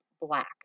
black